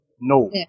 No